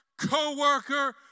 co-worker